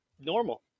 normal